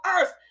earth